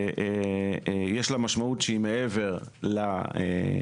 יש לה משמעות שהיא מעבר למשמעות